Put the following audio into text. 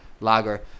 lager